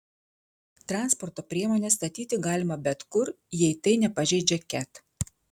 transporto priemones statyti galima bet kur jei tai nepažeidžia ket